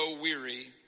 weary